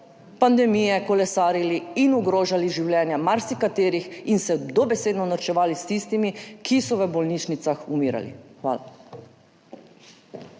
pandemije kolesarili in ogrožali življenja marsikaterih in se dobesedno norčevali iz tistih, ki so umirali v bolnišnicah. Hvala.